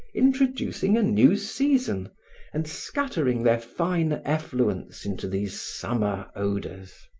introducing a new season and scattering their fine effluence into these summer odors.